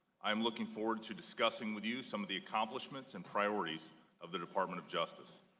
i am looking forward to discussing with you some of the accomplishments and priorities of the department of justice.